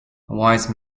wise